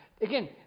Again